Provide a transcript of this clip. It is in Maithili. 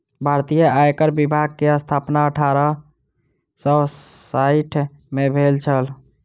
भारतीय आयकर विभाग के स्थापना अठारह सौ साइठ में भेल छल